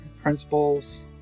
principles